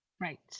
Right